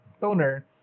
Toner